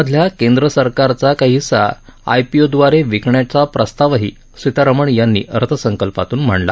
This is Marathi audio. मधल्या केंद्र सरकारचा काही हिस्सा आयपीओद्वारे विकण्याचा प्रस्तावही सीतारामन यांनी अर्थसंकल्पातून मांडला